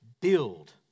Build